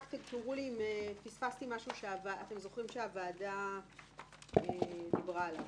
רק תזכירו לי אם פספסתי משהו שאתם זוכרים שהוועדה דיברה עליו.